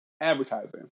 advertising